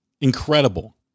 Incredible